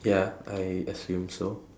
ya I assume so